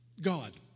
God